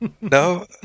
No